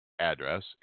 address